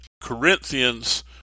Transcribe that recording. Corinthians